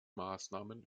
maßnahmen